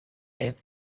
and